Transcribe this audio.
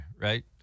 right